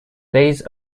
these